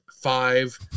five